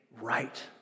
right